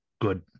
good